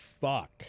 fuck